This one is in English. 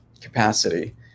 capacity